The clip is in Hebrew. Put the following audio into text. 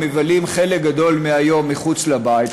המבלים חלק גדול מהיום מחוץ לבית,